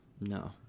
no